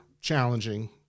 challenging